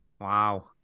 wow